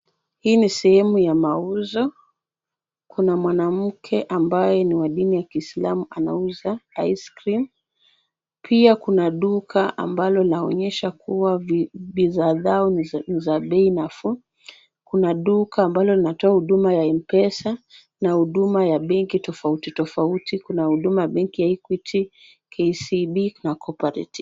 Hii ni sehemu ya mauzo, kuna mwanamke ambaye ni wa dini ya kiislamu anauza ice cream , pia kuna duka ambalo laonyesha kuwa bidhaa zao ni za bei nafuu. Kuna duka ambalo linatoa huduma ya M-Pesa na huduma ya benki tofauti tofauti, kuna huduma ya benki ya Equity, KCB na Co-operative.